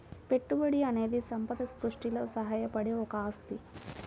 పెట్టుబడి అనేది సంపద సృష్టిలో సహాయపడే ఒక ఆస్తి